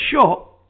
shot